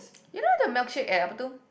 you know the milkshake at apa itu